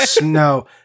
no